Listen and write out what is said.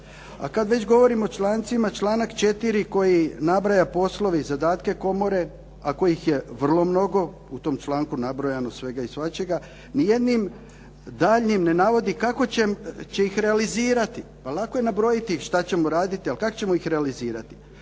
A kad već govorim o člancima članak 4. koji nabraja poslove i zadatke komore, a kojih je vrlo mnogo u tom članku nabrojano svega i svačega ni jednim daljnjim ne navodi kako će ih realizirati. Pa lako je nabrojiti šta ćemo raditi, ali kak ćemo ih realizirati.